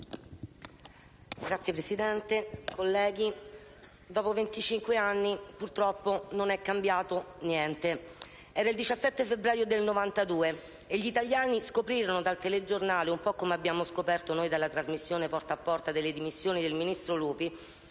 Signor Presidente, colleghi, dopo venticinque anni purtroppo non è cambiato niente. Era il 17 febbraio 1992 e gli italiani scoprirono dal telegiornale - un po' come noi abbiamo scoperto dalla trasmissione «Porta a Porta» delle dimissioni del ministro Lupi